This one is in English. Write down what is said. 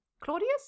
Claudius